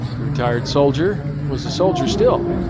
retired soldier was a soldier still,